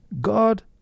God